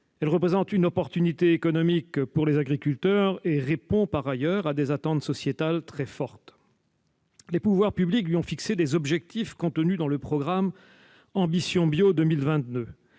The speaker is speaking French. Elle représente une opportunité économique pour les agriculteurs et répond par ailleurs à des attentes sociétales très fortes. Les pouvoirs publics lui ont fixé des objectifs contenus dans le programme Ambition bio 2022